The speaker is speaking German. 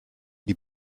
die